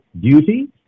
duty